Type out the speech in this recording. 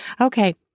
Okay